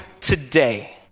today